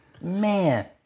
Man